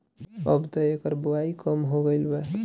अबत एकर बओई कम हो गईल बा